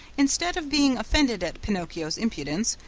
instead of being offended at pinocchio's impudence,